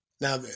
Now